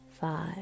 five